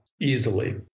easily